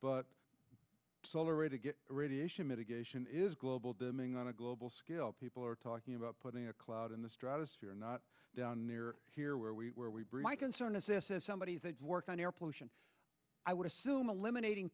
but solar array to get radiation mitigation is global dimming on a global scale people are talking about putting a cloud in the stratosphere not down near here where we are we bring my concern is this is somebody that worked on air pollution i would assume eliminating